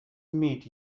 meet